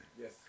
Yes